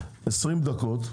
20 דקות,